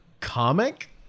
comic